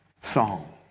song